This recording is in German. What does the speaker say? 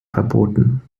verboten